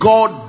God